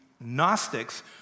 Gnostics